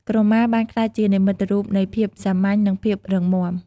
ក្រមាបានក្លាយជានិមិត្តរូបនៃភាពសាមញ្ញ និងភាពរឹងមាំ។